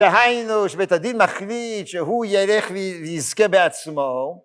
‫דהיינו שבית הדין מחליט ‫שהוא ילך ויזכה בעצמו.